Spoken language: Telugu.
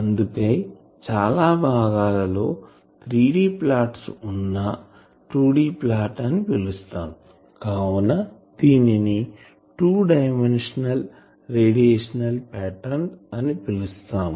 అందుకే చాలా భాగాల్లో 3D ప్లాట్ వున్నా 2D ప్లాట్ అని పిలుస్తాం కావున వీటిని 2 డైమెన్షనల్ రేడియేషన్ పాటర్న్స్ అని పిలుస్తాం